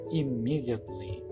immediately